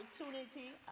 opportunity